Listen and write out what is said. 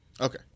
Okay